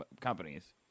companies